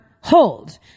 hold